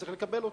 צריך לקבל אותו.